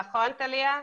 נכון, טליה?